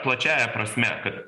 plačiąja prasme kad